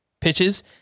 pitches